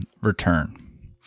return